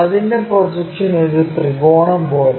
അതിന്റെ പ്രൊജക്ഷൻ ഒരു ത്രികോണം പോലെ